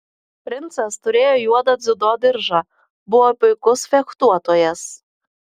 princas turėjo juodą dziudo diržą buvo puikus fechtuotojas